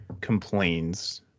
complains